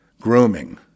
grooming